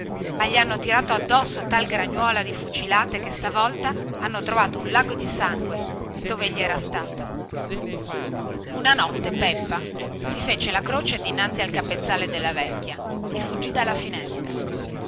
ma gli hanno tirato addosso tal gragnuola di fucilate che stavolta hanno trovato un lago di sangue dove egli si trovava allora peppa si fece la croce dinanzi al capezzale della vecchia e fuggì dalla finestra